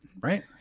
right